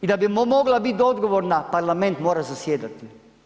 I da bi mu mogla biti odgovorna parlament mora zasjedati.